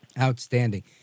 Outstanding